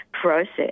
process